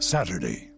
Saturday